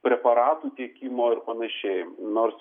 preparatų tiekimo ir panašiai nors